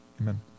Amen